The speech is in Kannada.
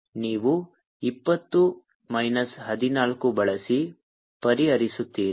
ನೀವು ಇಪ್ಪತ್ತು ಮೈನಸ್ ಹದಿನಾಲ್ಕು ಬಳಸಿ ಪರಿಹರಿಸುತ್ತೀರಿ